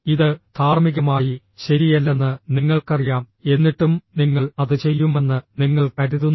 ഇത് ധാർമ്മികമായി ശരിയല്ലെന്ന് നിങ്ങൾക്കറിയാം എന്നിട്ടും നിങ്ങൾ അത് ചെയ്യുമെന്ന് നിങ്ങൾ കരുതുന്നു